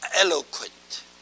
eloquent